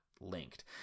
linked